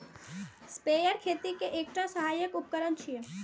sprayer खेती के एकटा सहायक उपकरण छियै